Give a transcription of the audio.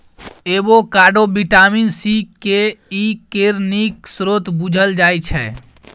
avocado vitamin C, K, E केर नीक स्रोत बुझल जाइ छै